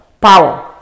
power